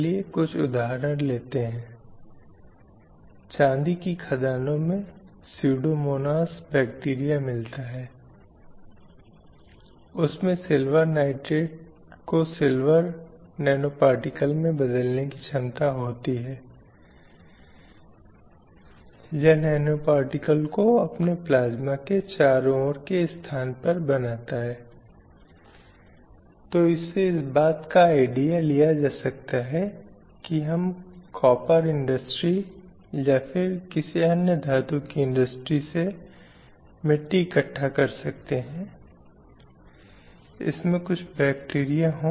इसलिए अगर हमारे पास ऐसी स्थिति है कि आदमी आक्रामक है आदमी गाली गलौज करता है पुरुष भुलक्कड़ होते हैं कि पुरुष रोते नहीं हैं ये कुछ चीजें हैं जिससे स्वाभाविक रूप से हम निष्कर्ष पर आते हैं ओह आखिर वे सभी पुरुष हैं और जिस क्षण में हम एक महिला के संबंध में बोलते हैं हम तुरंत उसके दूसरे हिस्से को देखते हैं इसलिए अगर हम किसी महिला को एक विज्ञापन में देखते हैं तो रसोई ही वह सबसे अच्छी जगह है जहाँ उसे दिखाया गया है या चित्रित किया गया है